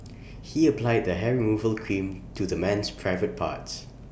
he applied the hair removal cream to the man's private parts